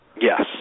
Yes